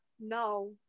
no